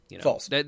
False